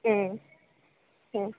ಹ್ಞೂ ಹ್ಞೂ